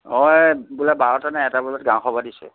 অঁ এ বোলে বাৰটা নে এটা বজাত গাঁও সভা দিছে